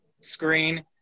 screen